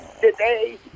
Today